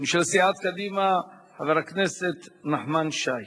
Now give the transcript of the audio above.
התשע"ב 2011, מאת חברי הכנסת חנין זועבי